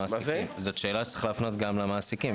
זאת שאלה שצריך להפנות גם למעסיקים,